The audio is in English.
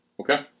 Okay